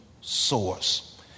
source